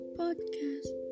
podcast